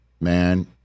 man